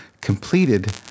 completed